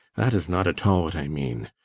that is not at all what i mean.